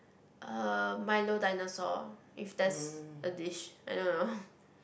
uh milo dinosaur if that's a dish I don't know